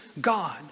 God